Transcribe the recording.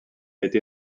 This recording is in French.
été